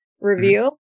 review